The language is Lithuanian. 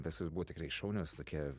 vestuvės buvo tikrai šaunios tokia